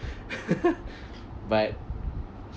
but